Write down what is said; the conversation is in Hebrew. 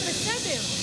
זה בסדר.